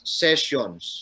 sessions